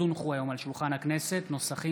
הצעת